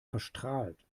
verstrahlt